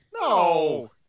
No